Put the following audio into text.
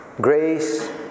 Grace